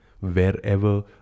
wherever